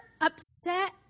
upset